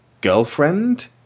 girlfriend